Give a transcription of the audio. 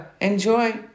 enjoy